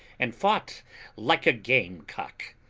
and fought like a game-cock.